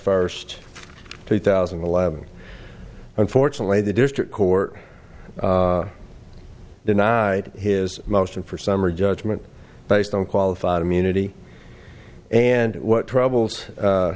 first two thousand and eleven unfortunately the district court denied his motion for summary judgment based on qualified immunity and what troubles